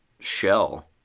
shell